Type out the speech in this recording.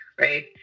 right